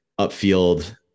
upfield